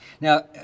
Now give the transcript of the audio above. Now